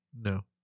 No